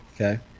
Okay